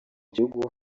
gihugu